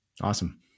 awesome